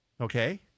okay